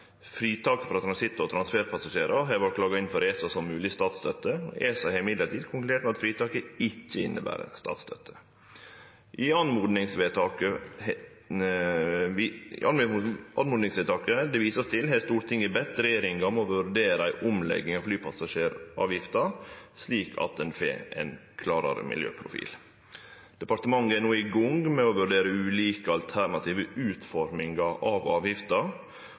Fritaket for transitt- og transferpassasjerar har vore klaga inn for ESA som mogleg statsstøtte, men ESA har konkludert med at fritaket ikkje inneber statsstøtte. I oppmodingsvedtaket det vert vist til, har Stortinget bedt regjeringa om å vurdere ei omlegging av flypassasjeravgifta slik at ho får ein klarare miljøprofil. Departementet er no i gang med å vurdere ulike alternative utformingar av